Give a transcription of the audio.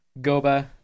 Goba